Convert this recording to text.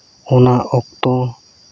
ᱚᱱᱟ ᱚᱠᱛᱚ